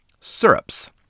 syrups